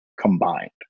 combined